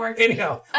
Anyhow